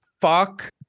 fuck